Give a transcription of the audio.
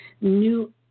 new